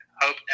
Hope